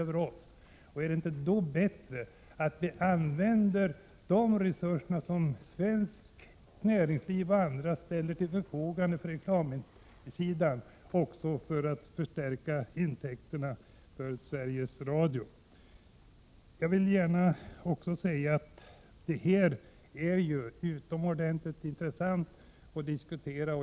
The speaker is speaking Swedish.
Är det då inte bättre att använda de resurser som svenskt näringsliv och andra ställer till förfogande för reklam för att förstärka intäkterna för Sveriges Radio? Detta är utomordentligt intressant att diskutera.